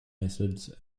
methods